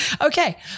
Okay